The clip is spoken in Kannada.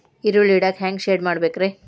ಈರುಳ್ಳಿ ಇಡಾಕ ಹ್ಯಾಂಗ ಶೆಡ್ ಮಾಡಬೇಕ್ರೇ?